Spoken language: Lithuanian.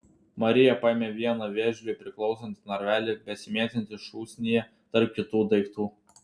marija paėmė vieną vėžliui priklausantį narvelį besimėtantį šūsnyje tarp kitų daiktų